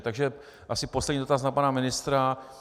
Takže asi poslední dotaz na pana ministra.